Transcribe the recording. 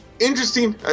interesting